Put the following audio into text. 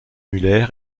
muller